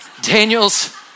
Daniel's